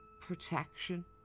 protection